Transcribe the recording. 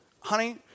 honey